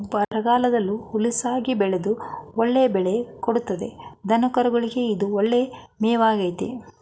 ಬರಗಾಲದಲ್ಲೂ ಹುಲುಸಾಗಿ ಬೆಳೆದು ಒಳ್ಳೆಯ ಬೆಳೆ ಕೊಡ್ತದೆ ದನಕರುಗೆ ಇದು ಒಳ್ಳೆಯ ಮೇವಾಗಾಯ್ತೆ